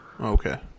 Okay